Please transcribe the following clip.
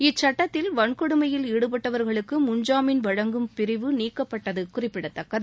இச்சட்டத்தில் வன்கொடுமையில் ஈடுபட்டவர்களுக்கு முன்ஜாமீன் வழங்கும் பிரிவு நீக்கப்பட்டது குறிப்பிடதக்கது